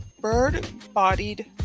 bird-bodied